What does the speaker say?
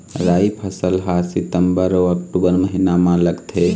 राई फसल हा सितंबर अऊ अक्टूबर महीना मा लगथे